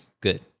good